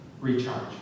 recharge